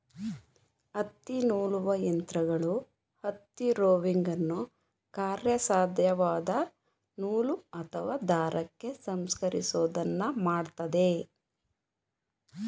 ಹತ್ತಿನೂಲುವ ಯಂತ್ರಗಳು ಹತ್ತಿ ರೋವಿಂಗನ್ನು ಕಾರ್ಯಸಾಧ್ಯವಾದ ನೂಲು ಅಥವಾ ದಾರಕ್ಕೆ ಸಂಸ್ಕರಿಸೋದನ್ನ ಮಾಡ್ತದೆ